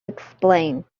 explain